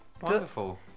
Wonderful